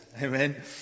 Amen